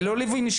ללא ליווי.